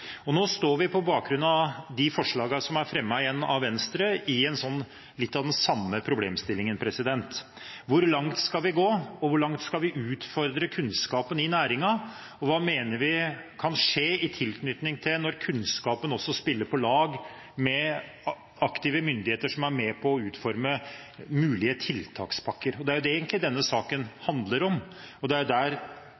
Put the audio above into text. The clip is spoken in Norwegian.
Nå står vi på bakgrunn av de forslagene som er fremmet av Venstre, i litt av den samme problemstillingen. Hvor langt skal vi gå, og hvor langt skal vi utfordre kunnskapen i næringen? Hva mener vi kan skje i tilknytning til at kunnskapen også spiller på lag med aktive myndigheter som er med på å utforme mulige tiltakspakker? Det er egentlig det denne saken